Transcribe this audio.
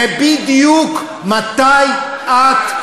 זה בדיוק מתי את,